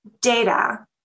data